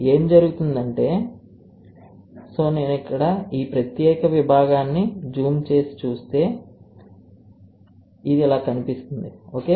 ఏమి జరుగుతుంది అంటే కాబట్టి నేను ఈ ప్రత్యేక భాగాన్ని జూమ్ చేస్తే ఇది ఇలా కనిపిస్తుంది ఓకే